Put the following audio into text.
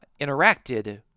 interacted